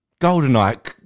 GoldenEye